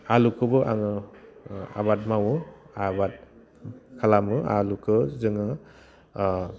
आलुखौबो आङो आबाद मावो आबाद खालामो आलुखौ जोङो